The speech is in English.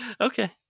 Okay